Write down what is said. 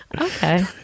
okay